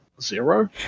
zero